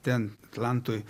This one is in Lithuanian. ten atlantoj